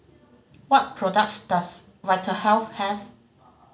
what products does Vitahealth have